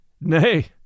Nay